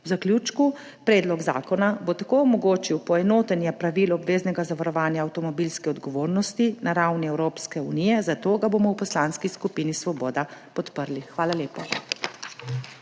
V zaključku, predlog zakona bo tako omogočil poenotenje pravil obveznega zavarovanja avtomobilske odgovornosti na ravni Evropske unije, zato ga bomo v Poslanski skupini Svoboda podprli. Hvala lepa.